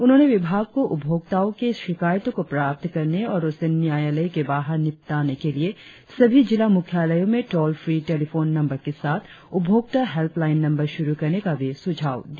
उन्होंने विभाग को उपभोक्ताओं के शिकायतों को प्राप्त करने और उसे न्यायालय के बाहर निपटाने के लिए सभी जिला मुख्यालयों में टोल फ्री टेलीफोन नंबर के साथ उपभोक्ता हेल्पलाईन नंबर शुरु करने का भी सुझाव दिया